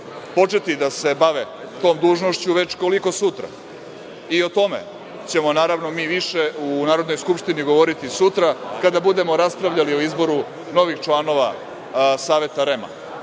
početi da se bave tom dužnošću, već koliko sutra, i o tome ćemo, naravno, mi više u Narodnoj skupštini govoriti sutra kada budemo raspravljali o izboru novih članova Saveta